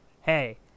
Hey